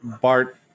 Bart